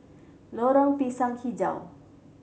Lorong Pisang Hijau